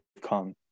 come